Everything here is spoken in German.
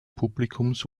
publikums